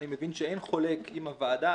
אני מבין שאין חולק עם הוועדה,